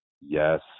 yes